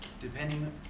depending